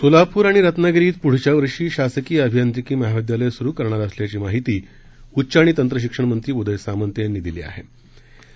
सोलापूर आणि रत्नागिरीत पुढच्या वर्षी शासकीय अभियांत्रिकी महाविद्यालय सुरू करणार असल्याची माहिती उच्च आणि तंत्रशिक्षण मंत्री उदय सामंत यांनी पत्रकार परिषदेत दिली